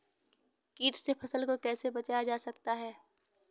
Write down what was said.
कीट से फसल को कैसे बचाया जाता हैं?